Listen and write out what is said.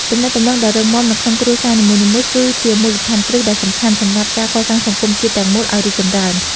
ទំនាក់ទំនងដ៏រឹងមាំនៅក្នុងគ្រួសារនីមួយៗ គឺជាមូលដ្ឋានគ្រឹះដ៏សំខាន់សម្រាប់ការកសាងសង្គមជាតិទាំងមូលឱ្យរីកចម្រើន។